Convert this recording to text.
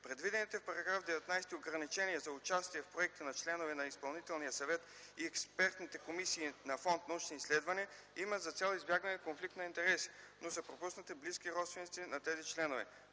Предвидените в § 19 ограничения за участие в проекти на членове на Изпълнителния съвет и експертните комисии на фонд „Научни изследвания” имат за цел избягване конфликт на интереси, но са пропуснати близки родственици на тези членове.